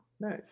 Nice